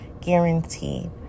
Guaranteed